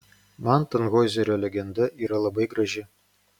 man tanhoizerio legenda yra labai graži